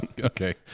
Okay